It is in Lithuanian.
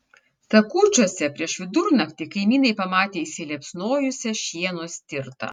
sakūčiuose prieš vidurnaktį kaimynai pamatė įsiliepsnojusią šieno stirtą